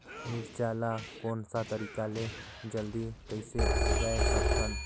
मिरचा ला कोन सा तरीका ले जल्दी कइसे उगाय सकथन?